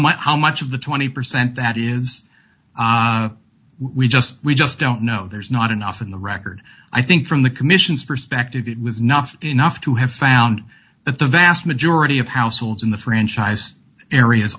much how much of the twenty percent that is we just we just don't know there's not enough in the record i think from the commission's perspective it was not enough to have found that the vast majority of households in the franchise areas